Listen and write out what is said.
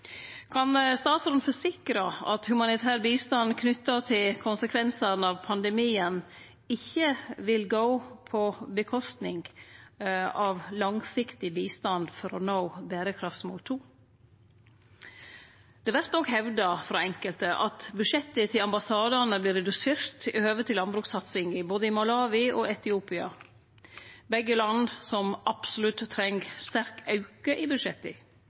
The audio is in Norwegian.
Kan statsråden forsikre at humanitær bistand knytt til konsekvensane av pandemien ikkje vil gå ut over langsiktig bistand for å nå berekraftsmål 2? Det vert òg hevda frå enkelte at budsjetta til ambassadane vert reduserte med omsyn til landbrukssatsing i både Malawi og Etiopia – begge er land som absolutt treng sterk auke i budsjetta.